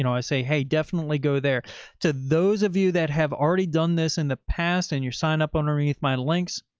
you know i say, hey, definitely go there to those of you that have already done this in the past and your sign up on a wreath, my links.